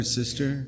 sister